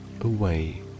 away